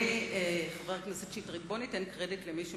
אדוני חבר הכנסת שטרית, בוא ניתן קרדיט למי שמגיע.